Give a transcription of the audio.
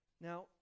Now